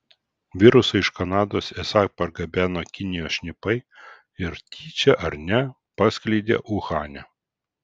virusą iš kanados esą pargabeno kinijos šnipai ir tyčia ar ne paskleidė uhane